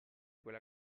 quella